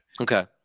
Okay